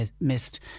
missed